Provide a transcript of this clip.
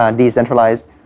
decentralized